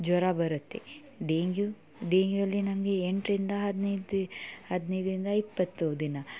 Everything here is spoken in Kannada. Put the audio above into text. ಜ್ವರ ಬರುತ್ತೆ ಡೇಂಗ್ಯು ಡೇಂಗ್ಯುವಲ್ಲಿ ನಮಗೆ ಎಂಟರಿಂದ ಹದಿನೈದು ದಿ ಹದಿನೈದರಿಂದ ಇಪ್ಪತ್ತು ದಿನ